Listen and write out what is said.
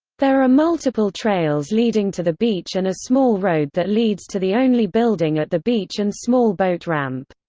there are multiple trails leading to the beach and a small road that leads to the only building at the beach and small boat ramp.